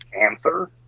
answer